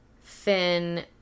Finn